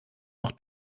noch